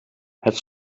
het